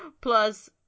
plus